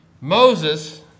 Moses